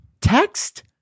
text